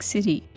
City